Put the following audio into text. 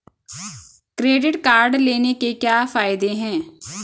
Credit card लेने के क्या फायदे हैं?